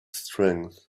strength